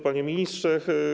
Panie Ministrze!